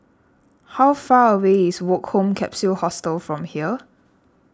how far away is Woke Home Capsule Hostel from here